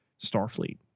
starfleet